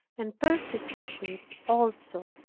and persecutions also.